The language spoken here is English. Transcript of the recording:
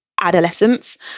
adolescence